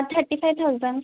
thirty five thousand